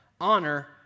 honor